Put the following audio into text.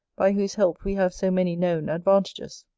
by whose help we have so many known advantages.